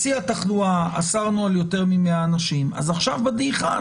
בשיא התחלואה אסרנו על יותר מ-100 אנשים אז עכשיו בדעיכה,